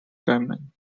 gaiman